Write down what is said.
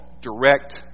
Direct